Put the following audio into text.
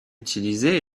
utilisée